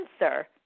answer